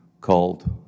called